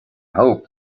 hope